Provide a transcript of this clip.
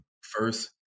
First